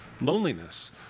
loneliness